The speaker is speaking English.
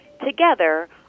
together